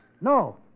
No